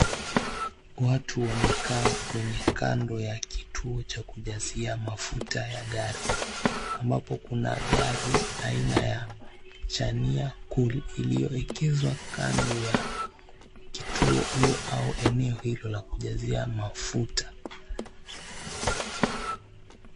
Watu wamekaa kwenye kando ya kituo cha kujazia mafuta gari. Ambapo kuna gari aina ya [cp]Chania Cool [cp] limeegeshwa hapo kando ya kituo hiko ama eneo hilo la kujazia mafuta.